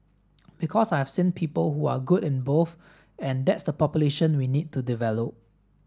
because I've seen people who are good in both and that's the population we need to develop